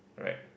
right